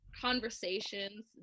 conversations